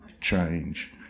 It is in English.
change